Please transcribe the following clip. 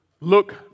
look